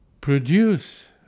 produce